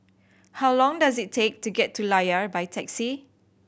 how long does it take to get to Layar by taxi